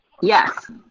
Yes